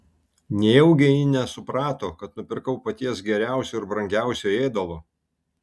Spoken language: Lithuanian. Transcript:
nejaugi ji nesuprato kad nupirkau paties geriausio ir brangiausio ėdalo